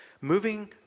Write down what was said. Moving